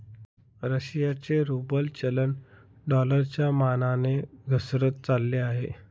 रशियाचे रूबल चलन डॉलरच्या मानाने घसरत चालले आहे